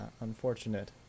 unfortunate